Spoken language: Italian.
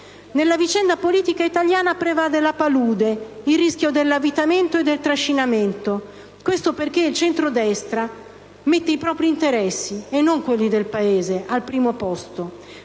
Nella vicenda politica italiana prevale la palude, il rischio dell'avvitamento e del trascinamento, e questo perché il centrodestra mette i propri interessi, e non quelli del Paese, al primo posto.